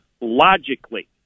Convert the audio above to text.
logically